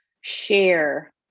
share